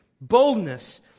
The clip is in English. Boldness